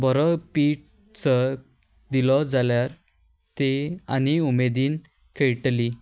बरो PT sir दिलो जाल्यार ती आनी उमेदीन खेळटली